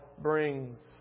brings